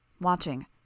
watching